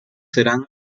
serán